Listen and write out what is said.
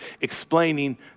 explaining